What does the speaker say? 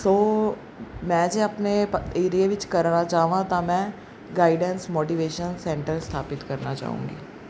ਸੋ ਮੈਂ ਜੇ ਆਪਣੇ ਪ ਏਰੀਏ ਵਿੱਚ ਕਰਨਾ ਚਾਹਾਂ ਤਾਂ ਮੈਂ ਗਾਈਡੈਂਸ ਮੋਟੀਵੇਸ਼ਨ ਸੈਂਟਰ ਸਥਾਪਿਤ ਕਰਨਾ ਚਾਹੂੰਗੀ